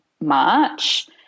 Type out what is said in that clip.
March